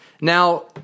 Now